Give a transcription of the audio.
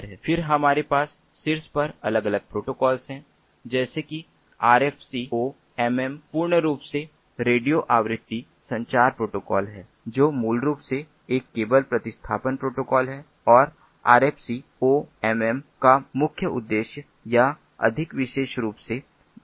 फिर हमारे पास शीर्ष पर अलग अलग प्रोटोकॉल हैं जैसे कि आरएफसीओएमएम पूर्ण रूप रेडियो आवृत्ति संचार प्रोटोकॉल है जो मूल रूप से एक केबल प्रतिस्थापन प्रोटोकॉल है और आरएफसीओएमएम का मुख्य उद्देश्य या अधिक विशेष रूप से आप जानते हैं